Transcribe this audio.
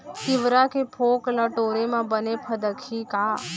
तिंवरा के फोंक ल टोरे म बने फदकही का?